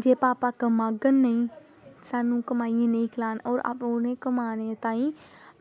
जे भापा कमाङन नेईं सानूं कमाइयै नेईं खलान ते उनेंगी कमानै ताहीं